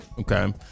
Okay